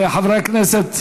חברי הכנסת,